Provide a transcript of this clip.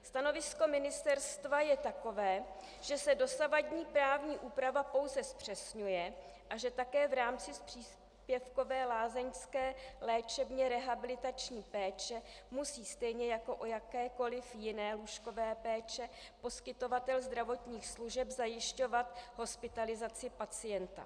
Stanovisko ministerstva je takové, že se dosavadní právní úprava pouze zpřesňuje a že také v rámci příspěvkové lázeňské léčebně rehabilitační péče musí stejně jako u jakékoliv jiné lůžkové péče poskytovatel zdravotních služeb zajišťovat hospitalizaci pacienta.